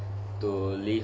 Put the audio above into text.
to live